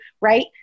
right